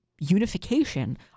unification